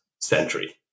century